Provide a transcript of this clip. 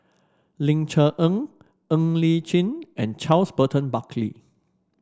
Ling Cher Eng Ng Li Chin and Charles Burton Buckley